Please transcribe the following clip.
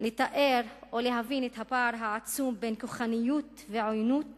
לתאר או להבין את הפער העצום בין כוחניות ועוינות